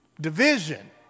Division